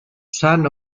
son